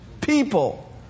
people